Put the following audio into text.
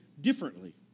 differently